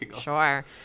Sure